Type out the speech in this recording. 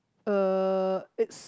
uh it's